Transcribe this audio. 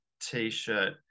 t-shirt